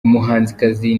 umuhanzikazi